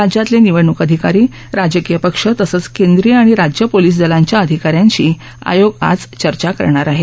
राज्यातले निवडणूक अधिकारी राजकीय पक्ष तसंच केंद्रीय आणि राज्य पोलिस दलांच्या अधिका यांशी आयोग आज चर्चा करणार आहे